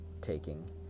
taking